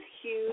huge